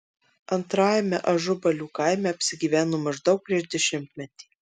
antrajame ažubalių kaime apsigyveno maždaug prieš dešimtmetį